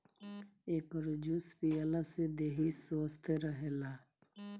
एकर juice पियला से देहि स्वस्थ्य रहेला